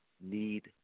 need